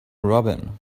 robin